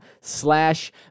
slash